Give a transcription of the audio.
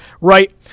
right